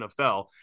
NFL